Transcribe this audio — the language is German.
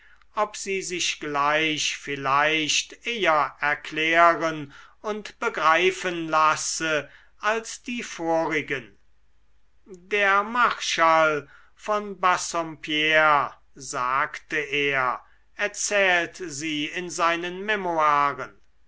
ob sie sich gleich vielleicht eher erklären und begreifen lasse als die vorigen der marschall von bassompierre sagte er erzählt sie in seinen